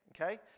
okay